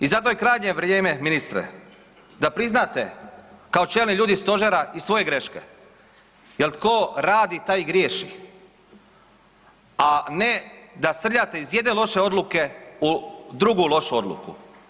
I zato je krajnje vrijeme, ministre, da priznate kao čelni ljudi Stožera i svoje greške, jer tko radi taj i griješi, a ne da srljate iz jedne loše odluke u drugu lošu odluku.